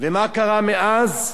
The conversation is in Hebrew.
ומה קרה מאז?